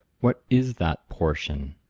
what is that portion?